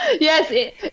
yes